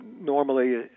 normally